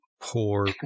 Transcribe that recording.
Poor